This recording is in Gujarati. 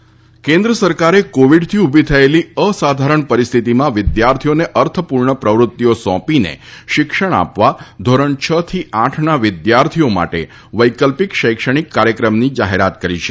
પ્રાથમિક શિક્ષણ કેન્દ્ર સરકારે કોવિડથી ઊભી થયેલી અસાધારણ પરિસ્થિતિમાં વિદ્યાર્થીઓને અર્થપૂર્ણ પ્રવૃત્તિઓ સોંપીને શિક્ષણ આપવા ધોરણ છ થી આઠના વિદ્યાર્થીઓ માટે વૈકલ્પિક શૈક્ષણિક કાર્યક્રમની જાહેરાત કરી છે